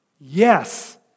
yes